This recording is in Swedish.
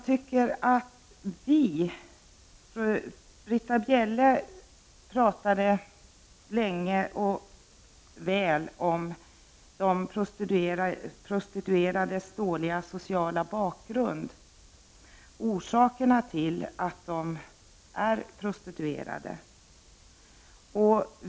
Britta Bjelle pratade länge och väl om de prostituerades dåliga sociala bakgrund och om orsakerna till att de är prostituerade.